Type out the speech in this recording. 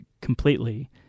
completely